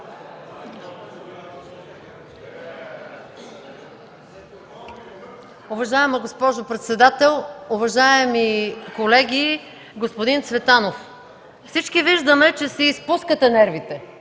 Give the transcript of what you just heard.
Уважаема госпожо председател, уважаеми колеги! Господин Цветанов, всички виждаме, че си изпускате нервите.